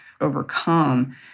overcome